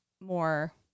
more